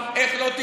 איך תבשלו במטבח,